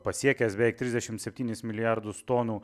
pasiekęs beveik trisdešimt septynis milijardus tonų